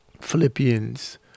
Philippians